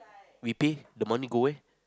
we pay the money go where